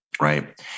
right